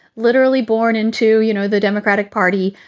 literally born into, you know, the democratic party.